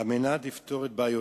על מנת לפתור את בעיותיהם,